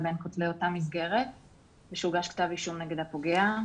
בין כותלי אותה מסגרת ושהוגש כתב אישום נגד הפוגע,